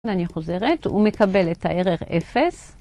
ואני חוזרת, הוא מקבל את הערך 0.